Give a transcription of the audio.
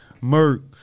Murk